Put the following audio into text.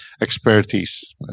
expertise